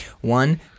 One